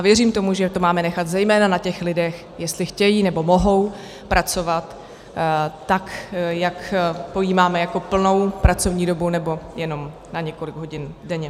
Věřím tomu, že to máme nechat zejména na těch lidech, jestli chtějí, nebo mohou pracovat tak, jak pojímáme jako plnou pracovní dobu, nebo jenom na několik hodin denně.